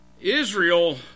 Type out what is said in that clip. Israel